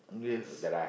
yes